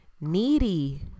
Needy